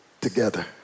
together